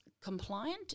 compliant